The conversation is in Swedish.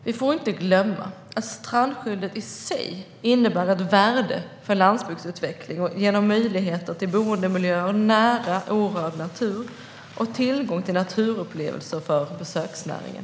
Vi får inte glömma att strandskyddet i sig innebär ett värde för landsbygdsutvecklingen genom möjligheter till boendemiljöer nära orörd natur och tillgång till naturupplevelser för besöksnäringen.